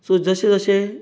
so जशें जशें